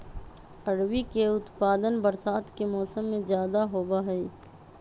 अरबी के उत्पादन बरसात के मौसम में ज्यादा होबा हई